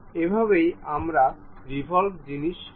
এভাবেই আমরা রিভল্ভড জিনিস নির্মাণ করব